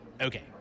Okay